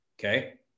okay